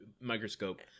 microscope